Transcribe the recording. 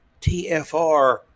TFR